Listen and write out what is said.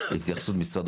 התשפ"ג